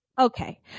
Okay